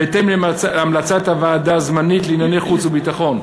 בהתאם להמלצת הוועדה הזמנית לענייני חוץ וביטחון.